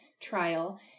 trial